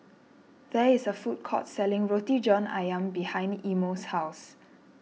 there is a food court selling Roti John Ayam behind Imo's house